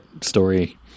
story